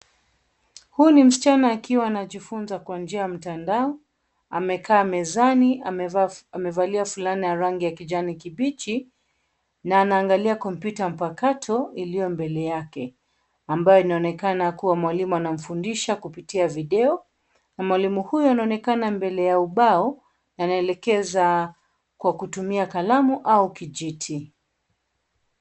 Huyu ni msichana akiwa anajifunza kwa njia ya mtandao. Amekaa mezani. Amevalia fulana ya rangi ya kijani kibichi na anaangalia kompyuta ya mpakato iliyo mbele yake ambayo inaonekana kuwa mwalimu anamfundisha kupitia video. Mwalimu huyu anaonekana mbele ya ubao anaelekeza kwa kutumia kalamu au kijiti.